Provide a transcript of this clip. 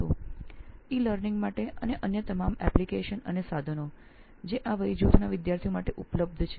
આ વય જૂથના વિદ્યાર્થીઓ માટે ઉપલબ્ધ ઇ લર્નિંગ અને અન્ય તમામ એપ્લિકેશનો અને સાધનો તેઓ કેટલી સરળતાથી પ્રાપ્ત કરી શકે છે